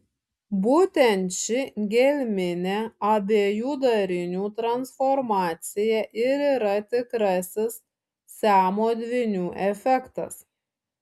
būtent ši gelminė abiejų darinių transformacija ir yra tikrasis siamo dvynių efektas